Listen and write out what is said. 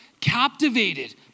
captivated